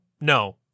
no